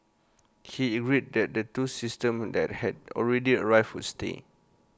he agreed that the two systems that had already arrived would stay